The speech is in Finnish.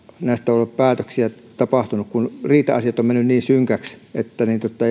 näistä ei ole päätöksiä tapahtunut kun riita asiat ovat menneet niin synkäksi että